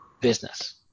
business